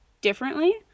differently